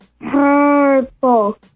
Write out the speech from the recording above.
Purple